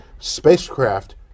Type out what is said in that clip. Spacecraft